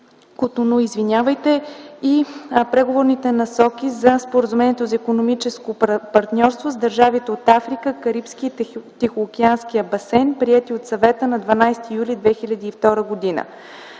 Котону, и преговорните насоки за Споразумението за икономическо партньорство с държавите от Африка, Карибския и Тихиокеанския басейн, приети от Съвета на 12 юли 2002 г.